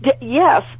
yes